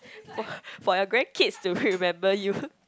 for for your grandkids to remember you